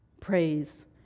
praise